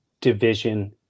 division